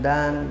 Dan